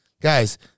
Guys